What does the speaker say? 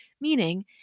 Meaning